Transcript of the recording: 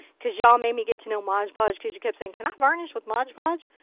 because y'all made me get to know mod podge. because you kept saying, can i varnish with mod podge.